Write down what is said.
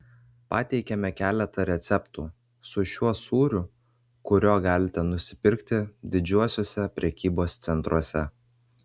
pateikiame keletą receptų su šiuo sūriu kurio galite nusipirkti didžiuosiuose prekybos centruose